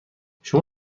شما